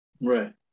Right